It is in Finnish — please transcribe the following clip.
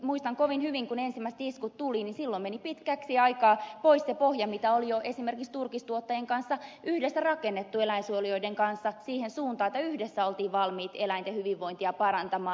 muistan kovin hyvin että kun ensimmäiset iskut tulivat niin silloin meni pitkäksi aikaa pois se pohja mitä oli jo esimerkiksi turkistuottajien kanssa yhdessä rakennettu eläinsuojelijoiden kanssa siihen suuntaan että yhdessä oltiin valmiit eläinten hyvinvointia parantamaan